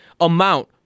amount